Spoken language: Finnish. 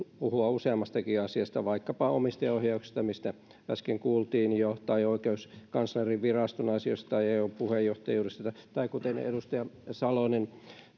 puhua useammastakin asiasta vaikkapa omistajaohjauksesta mistä äsken kuultiin jo tai oikeuskanslerin viraston asioista tai eu puheenjohtajuudesta tai kuten edustaja salonen